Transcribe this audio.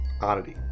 oddity